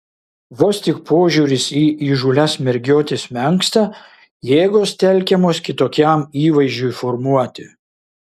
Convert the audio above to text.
vos tik požiūris į įžūlias mergiotes menksta jėgos telkiamos kitokiam įvaizdžiui formuoti